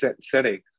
setting